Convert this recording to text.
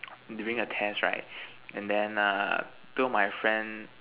during a test right and then err two of my friend